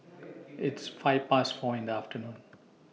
its five Past four in The afternoon